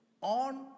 on